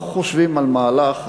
אנחנו חושבים על מהלך,